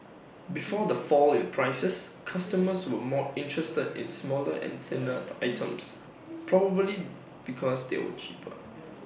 before the fall in prices customers were more interested in smaller and thinner items probably because they were cheaper